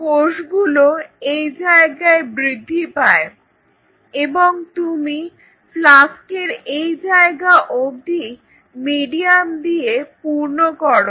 কোষগুলো এই জায়গায় বৃদ্ধি পায় এবং তুমি ফ্লাস্কের এই জায়গা অবধি মিডিয়াম দিয়ে পূর্ণ করো